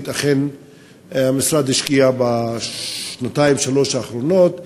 אכן המשרד השקיע בשנתיים-שלוש האחרונות.